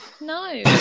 No